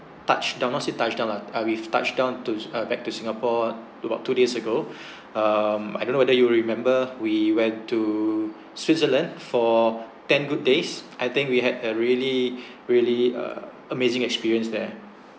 touched down not say touched down lah uh we've touched down to uh back to singapore about two days ago um I don't know whether you remember we went to switzerland for ten good days I think we had a really really uh amazing experience there